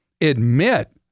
admit